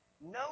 No